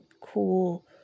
cool